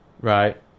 right